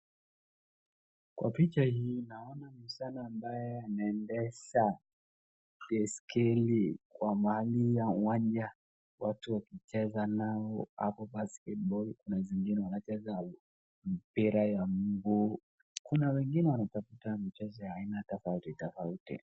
Kwa picha hii naona msichana ambaye anaendesha baisikeli kwa mahali ya uwanja watu wakicheza nao hapo basketball na wengine wanacheza mpira wa miguu. Kuna wengine wanatafuta michezo ya aina tofauti tofauti.